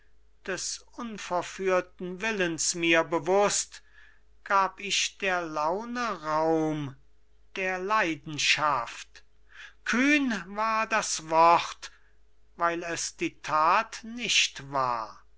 des unverführten willens mir bewußt gab ich der laune raum der leidenschaft kühn war das wort weil es die tat nicht war